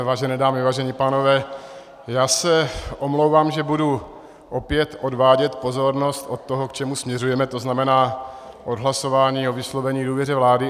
Vážené dámy, vážení pánové, já se omlouvám, že budu opět odvádět pozornost od toho, k čemu směřujeme, to znamená od hlasování o vyslovení důvěry vládě.